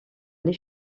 les